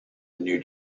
new